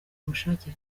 ubushake